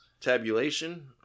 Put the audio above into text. tabulation